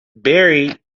barry